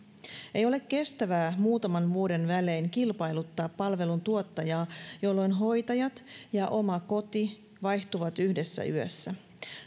ei ole kestävää muutaman vuoden välein kilpailuttaa palveluntuottajaa jolloin hoitajat ja oma koti vaihtuvat yhdessä yössä